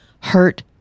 hurt